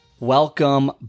Welcome